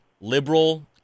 liberal